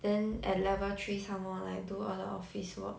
then at level three some more like do all the office work